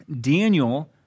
Daniel